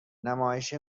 نمایش